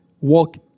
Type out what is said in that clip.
walk